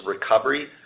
recovery